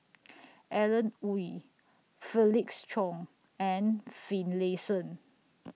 Alan Oei Felix Cheong and Finlayson